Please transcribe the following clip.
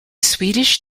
swedish